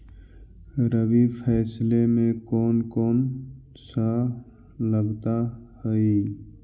रबी फैसले मे कोन कोन सा लगता हाइय?